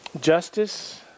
justice